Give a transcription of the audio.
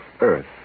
Earth